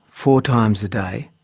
four times a day,